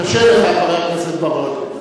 קשה לך, חבר הכנסת בר-און.